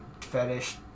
fetish